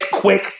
quick